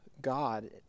God